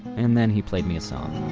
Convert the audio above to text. and then he played me a song